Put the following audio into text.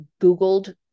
Googled